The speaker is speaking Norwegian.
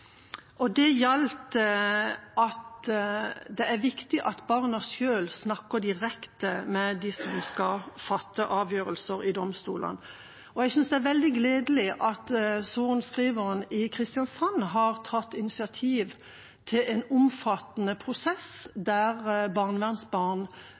Det gjaldt at det er viktig at barna selv snakker direkte med dem som skal fatte avgjørelser i domstolene. Jeg synes det er veldig gledelig at sorenskriveren i Kristiansand har tatt initiativ til en omfattende prosess